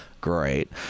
great